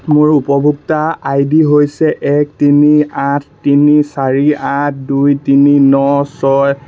মোৰ উপভোক্তা I D হৈছে এক তিনি আঠ তিনি চাৰি আঠ দুই তিনি ন ছয়